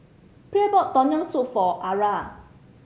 Pierre bought Tom Yam Soup for Arra